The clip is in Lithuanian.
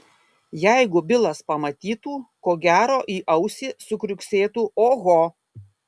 jeigu bilas pamatytų ko gero į ausį sukriuksėtų oho